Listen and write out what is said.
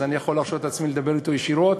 אז אני יכול להרשות לעצמי לדבר אתו ישירות.